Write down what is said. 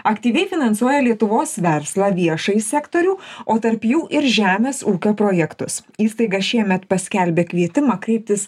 aktyviai finansuoja lietuvos verslą viešąjį sektorių o tarp jų ir žemės ūkio projektus įstaiga šiemet paskelbė kvietimą kreiptis